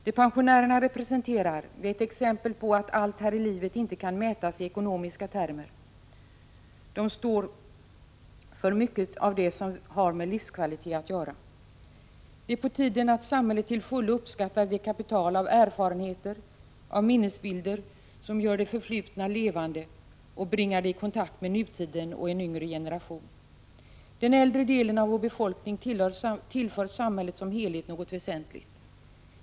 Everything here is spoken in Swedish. Det pensionärerna representerar är ett exempel på att allt härilivet inte kan mätas i ekonomiska termer. Pensionärerna står för mycket av det som har med livskvalitet att göra. Det är på tiden att samhället till fullo uppskattar det kapital av erfarenheter och minnesbilder som gör det förflutna levande och bringar det i kontakt med nutiden och en yngre generation. Den äldre delen av vår befolkning tillför samhället som helhet något väsentligt.